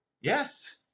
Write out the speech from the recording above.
Yes